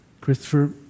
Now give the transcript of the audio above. Christopher